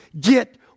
get